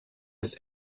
its